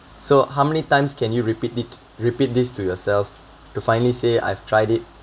so how many times can you repeat it repeat this to yourself to finally say I have tried it